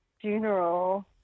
funeral